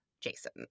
Jason